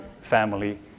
family